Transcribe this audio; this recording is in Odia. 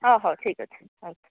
ହଁ ହଉ ଠିକ୍ ଅଛି